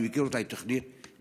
אני מכיר אותה, היא תוכנית נהדרת,